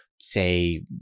say